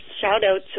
shout-out